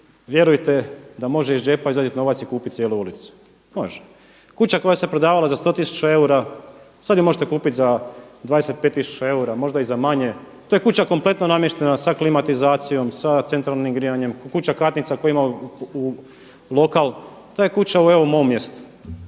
vjerujte da može iz džepa izvaditi novac i kupiti cijelu ulicu. Može. Kuća koja se prodavala za 100 tisuća eura sada je možete kupiti za 25 tisuća eura, možda i za manje. To je kuća kompletno namještena sa klimatizacijom, sa centralnim grijanjem, kuća katnica koja ima lokal, ta je kuća evo u mom mjestu.